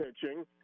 pitching